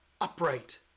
upright